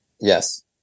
Yes